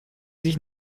sich